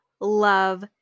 love